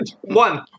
One